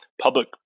public